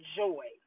joy